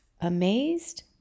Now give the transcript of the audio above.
amazed